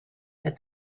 that